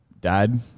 dad